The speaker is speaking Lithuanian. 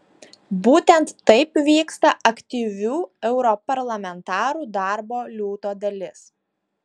būtent taip vyksta aktyvių europarlamentarų darbo liūto dalis